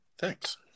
thanks